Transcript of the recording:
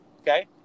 okay